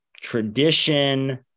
tradition